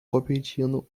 competindo